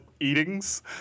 eatings